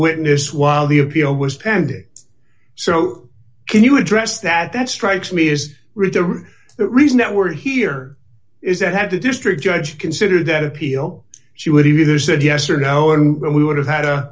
witness while the appeal was pending so can you address that that strikes me is really the reason that we're here is that had to district judge consider that appeal she would have either said yes or no and we would have had